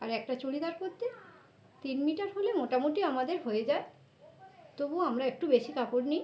আর একটা চুড়িদার করতে তিন মিটার হলে মোটামুটি আমাদের হয়ে যায় তবুও আমরা একটু বেশি কাপড় নিই